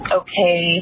okay